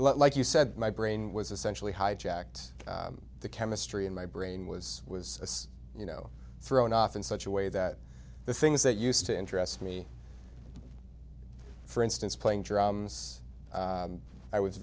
it like you said my brain was essentially hijacked the chemistry in my brain was was you know thrown off in such a way that the things that used to interest me for instance playing drums i was